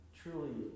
truly